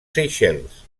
seychelles